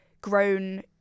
grown